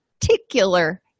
particular